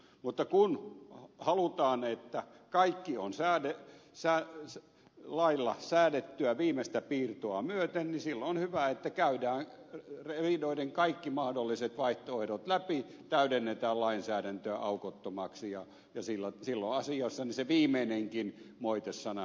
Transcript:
mutta kun halutaan että kaikki on lailla säädettyä viimeistä piirtoa myöten niin silloin on hyvä että käydään kaikki mahdolliset vaihtoehdot läpi täydennetään lainsäädäntöä aukottomaksi ja silloin asiassa se viimeinenkin moitesana häviää pois